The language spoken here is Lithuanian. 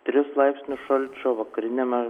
tris laipsnius šalčio vakariniame